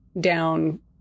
down